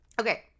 Okay